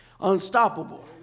unstoppable